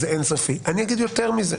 אני אומר שזה דבר שלדעתי אפשר לעשות בתקנון הכנסת.